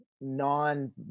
non